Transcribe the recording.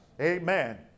Amen